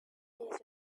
this